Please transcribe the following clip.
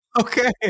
okay